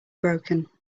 broken